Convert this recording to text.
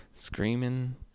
Screaming